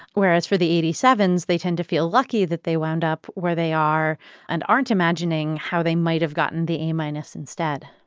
whereas for the eighty seven s, they tend to feel lucky that they wound up where they are and aren't imagining how they might have gotten the a-minus instead